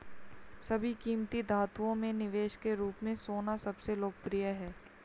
सभी कीमती धातुओं में निवेश के रूप में सोना सबसे लोकप्रिय है